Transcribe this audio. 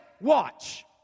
watch